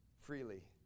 freely